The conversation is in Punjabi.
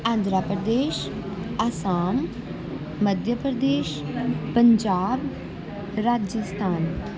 ਆਂਧਰਾ ਪ੍ਰਦੇਸ਼ ਆਸਾਮ ਮੱਧ ਪ੍ਰਦੇਸ਼ ਪੰਜਾਬ ਰਾਜਸਥਾਨ